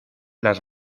las